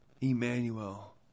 Emmanuel